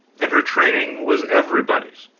and her training was everybody's.